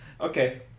Okay